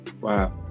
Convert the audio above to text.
Wow